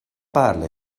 parla